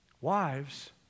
Wives